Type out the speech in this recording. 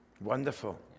Wonderful